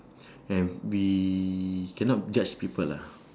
and we cannot judge people lah